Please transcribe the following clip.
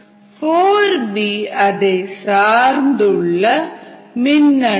4b அதை சார்ந்துள்ள மின்னணு